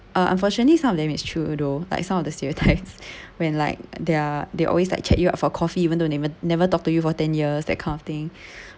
unfortunately some of them it's true though like some of the stereotypes when like they're they always like check you for coffee even though they may never talk to you for ten years that kind of thing